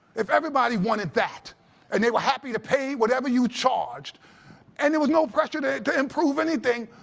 if everybody wanted that and they were happy to pay whatever you charged and there was no pressure to to improve anything,